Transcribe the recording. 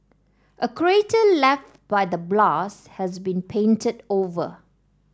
a crater left by the blast has been painted over